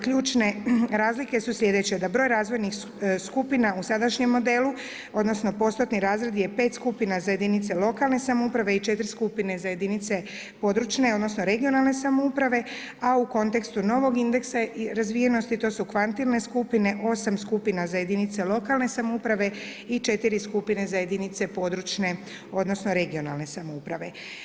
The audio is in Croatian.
Ključne razlike su sljedeće, da broj razvojnih skupina u sadašnjem modelu odnosno postotni razred je pet skupina za jedinica lokalne samouprave i četiri skupine jedinice područne odnosno regionalne samouprave, a u kontekstu novog indeksa razvijenosti to su kvantilne skupine osam skupina za jedinica lokalne samouprave i četiri skupine za jedinice područne odnosno regionalne samouprave.